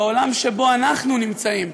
בעולם שבו אנחנו נמצאים,